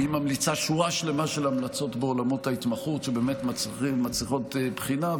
היא ממליצה שורה שלמה של המלצות בעולמות ההתמחות שבאמת מצריכות בחינה,